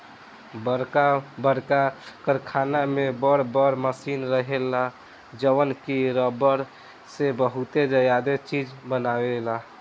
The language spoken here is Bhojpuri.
बरका बरका कारखाना में बर बर मशीन रहेला जवन की रबड़ से बहुते ज्यादे चीज बनायेला